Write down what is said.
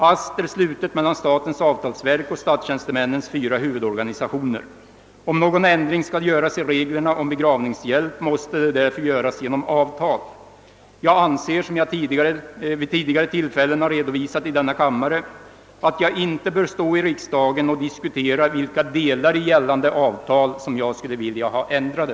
AST är slutet mellan statens avtalsverk och statstjänstemännens fyra huvudorganisationer. Om någon ändring skall göras i reglerna om begravningshjälp måste det därför göras genom avtal. Jag anser, som jag vid tidigare tillfällen har redovisat i denna kammare, att jag inte bör stå i riksdagen och diskutera vilka delar i gällande avtal som jag skulle vilja ha ändrade.